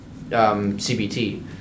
CBT